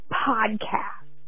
podcast